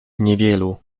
niewielu